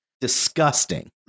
Disgusting